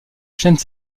chaîne